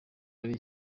ari